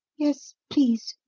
yes, please.